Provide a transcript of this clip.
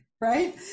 right